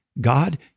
God